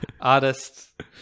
artist